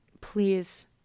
Please